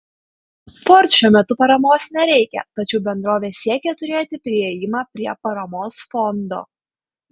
ford šiuo metu paramos nereikia tačiau bendrovė siekia turėti priėjimą prie paramos fondo